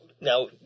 now